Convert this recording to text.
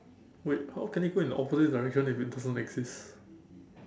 wait how can it go in the opposite direction if it doesn't exist